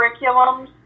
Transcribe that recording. curriculums